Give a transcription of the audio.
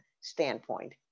standpoint